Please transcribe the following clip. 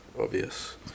obvious